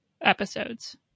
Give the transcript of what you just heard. episodes